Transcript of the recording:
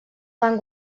van